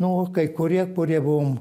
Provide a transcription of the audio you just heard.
nu kai kurie kurie buvom